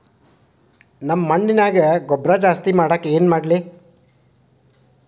ನಮ್ಮ ಮಣ್ಣಿನ್ಯಾಗ ಗೊಬ್ರಾ ಜಾಸ್ತಿ ಮಾಡಾಕ ಏನ್ ಮಾಡ್ಲಿ?